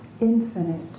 infinite